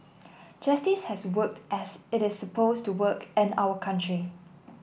justice has worked as it is supposed to work in our country